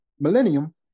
millennium